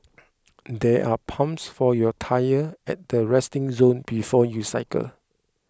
there are pumps for your tyre at the resting zone before you cycle